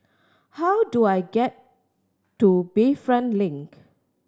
how do I get to Bayfront Link